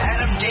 Adam